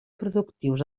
productius